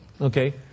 Okay